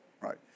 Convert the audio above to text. right